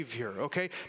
Okay